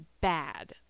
bad